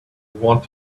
want